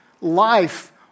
life